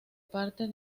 parte